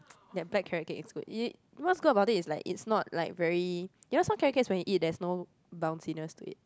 their black carrot cake is good you what's good about it is like it's not like very you know some carrot cakes when you eat there's no bounciness to it